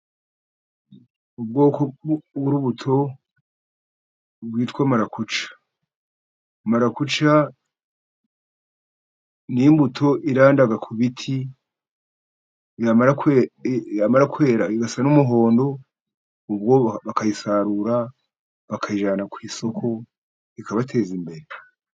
Ubwoko bw'urubuto rwitwa marakuca. Marakuca n'imbuto iranda ku biti, yamara kwera igasa n'umuhondo. Ubwo bakayisarura, bakayijyana ku isoko ikabateza imbere.